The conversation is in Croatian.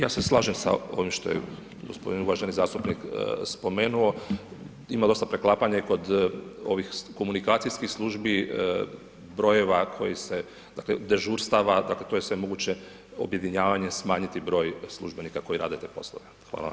Ja se slažem s ovim što je gospodin uvaženi zastupnik spomenuo, ima dosta preklapanja i kod ovih komunikacijskih službi, brojeva koji se, dakle dežurstava, dakle, to je sve moguće objedinjavanje smanjiti broj službenika koji rade te poslove.